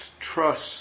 trust